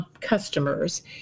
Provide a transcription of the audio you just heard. customers